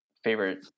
favorite